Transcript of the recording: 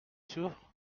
sûr